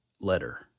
letter